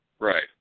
Right